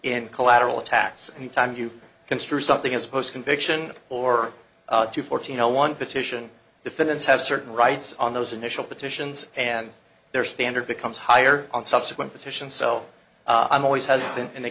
in collateral attacks any time you construe something as a post conviction or two fourteen zero one petition defendants have certain rights on those initial petitions and their standard becomes higher on subsequent petitions so i'm always has been in